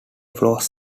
flows